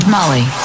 Molly